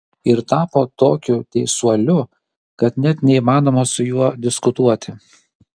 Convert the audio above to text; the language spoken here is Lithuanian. ir tapo tokiu teisuoliu kad net neįmanoma su juo diskutuoti